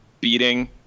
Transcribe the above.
beating